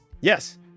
Yes